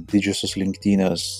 didžiosios lenktynės